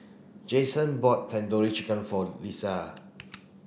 Jason bought Tandoori Chicken for Lia